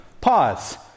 Pause